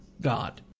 God